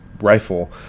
rifle